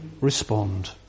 respond